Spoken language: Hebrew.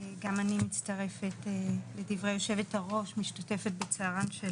גם אני מצטרפת לדברי יושבת הראש משתתפת בצערם של